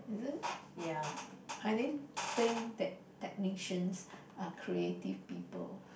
yeah